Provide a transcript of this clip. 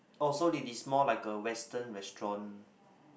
oh so it is more like a western restaurant